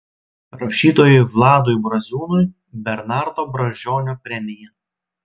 rašytojui vladui braziūnui bernardo brazdžionio premija